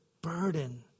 burden